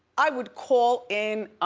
i would call in,